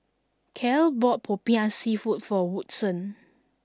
Cale bought Popiah seafood for Woodson